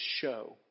show